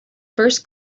first